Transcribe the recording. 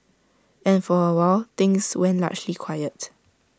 and for awhile things went largely quiet